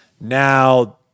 now